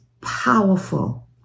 powerful